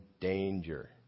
danger